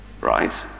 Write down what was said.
right